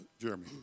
Jeremy